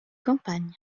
campagne